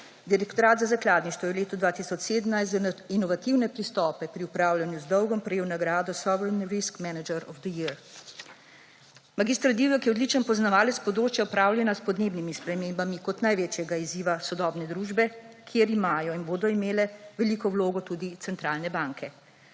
Direktorat za zakladništvo je v letu 2017 za inovativne pristope pri upravljanju z dolgom prejel nagrado Sovereign Risk Manager of the Year in Risk Maneger of the Year. Mag. Divjak je odličen poznavalec področja upravljanja s podnebnimi spremembami kot največjega izziva sodobne družbe, kjer imajo in bodo imele veliko vlogo tudi centralne banke.